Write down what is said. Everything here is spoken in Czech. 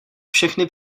všechny